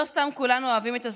לא סתם כולנו אוהבים את הסדרות,